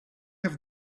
have